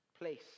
place